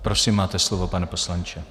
Prosím, máte slovo, pane poslanče.